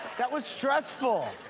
that was stressful!